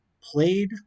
played